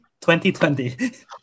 2020